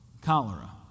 cholera